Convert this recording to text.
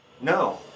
No